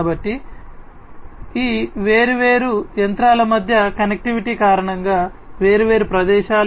కాబట్టి ఈ వేర్వేరు యంత్రాల మధ్య కనెక్టివిటీ కారణంగా వేర్వేరు ప్రదేశాలు